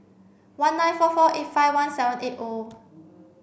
one nine four four eight five one seven eight O